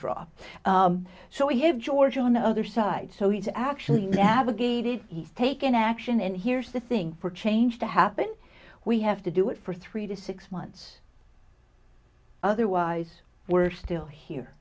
drop so it george on the other side so he's actually navigated he's taken action and here's the thing for change to happen we have to do it for three to six months otherwise we're still here